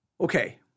Okay